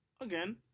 again